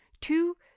Two